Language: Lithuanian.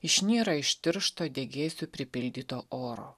išnyra iš tiršto degėsių pripildyto oro